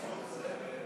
ייצור זבל,